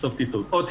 ...